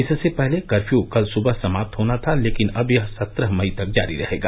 इससे पहले कपर्यू कल सुबह समाप्त होना था लेकिन अब यह सत्रह मई तक जारी रहेगा